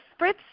spritz